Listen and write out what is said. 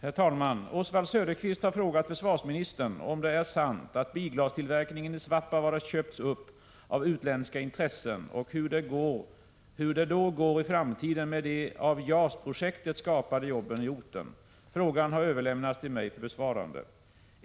Herr talman! Oswald Söderqvist har frågat försvarsministern om det är sant att bilglastillverkningen i Svappavaara köpts upp av utländska intressen och hur det då går i framtiden med de av JAS-projektet skapade jobben i orten. Frågan har överlämnats till mig för besvarande.